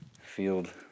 field